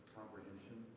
comprehension